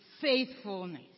faithfulness